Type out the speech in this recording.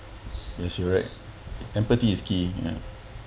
yes you're right empathy is key ya